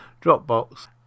Dropbox